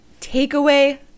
Takeaway